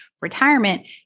retirement